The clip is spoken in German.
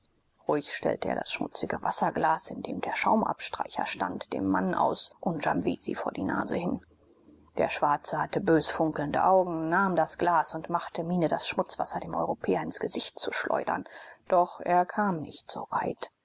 ruhig stellte er das schmutzige wasserglas in dem der schaumabstreicher stand dem mann aus unjamwesi vor die nase hin der schwarze hatte bös funkelnde augen nahm das glas und machte miene das schmutzwasser dem europäer ins gesicht zu schleudern doch er kam nicht so weit